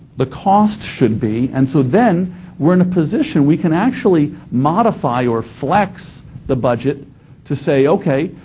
the cost should be, and so then we're in a position we can actually modify or flex the budget to say, okay,